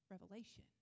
revelation